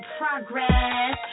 progress